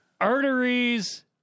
arteries